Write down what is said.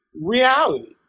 reality